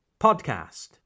podcast